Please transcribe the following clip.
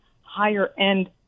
higher-end